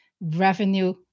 revenue